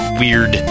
weird